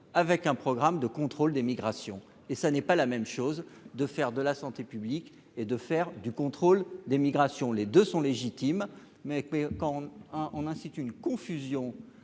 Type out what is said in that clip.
avec un programme de contrôle des migrations et ça n'est pas la même chose de faire de la santé publique et de faire du contrôle des migrations les deux sont légitimes, mais quand on a, on incite une confusion